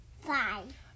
Five